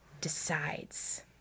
decides